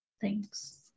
Thanks